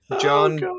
John